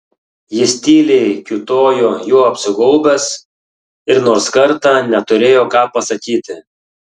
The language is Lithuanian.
jis tyliai kiūtojo juo apsigaubęs ir nors kartą neturėjo ką pasakyti